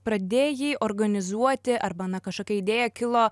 pradėjai organizuoti arba na kažkokia idėja kilo